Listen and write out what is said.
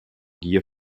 gier